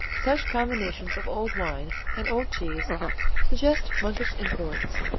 such combinations of old wine and old cheese suggest monkish influence,